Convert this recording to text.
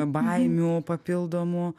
baimių papildomų